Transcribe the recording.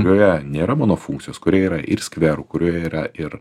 kurioje nėra mono funkcijos kurioe yra ir skverų kurioje yra ir